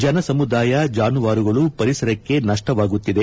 ಜನಸಮುದಾಯ ಜಾನುವಾರುಗಳು ಪರಿಸರಕ್ಕೆ ನಷ್ಟವಾಗುತ್ತಿದೆ